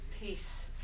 peace